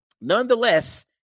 Nonetheless